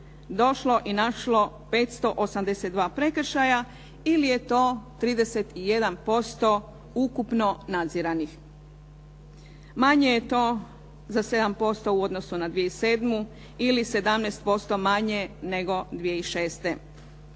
došlo i našlo 582 prekršaja ili je to 31% ukupno nadziranih. Manje je to za 7% u odnosu na 2007. ili 17% manje nego 2006.